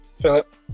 Philip